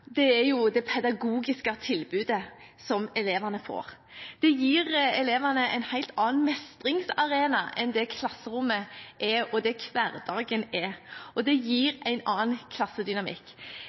er det pedagogiske tilbudet som elevene får. Det gir elevene en helt annen mestringsarena enn det som klasserommet og hverdagen er, og det gir en annen klassedynamikk.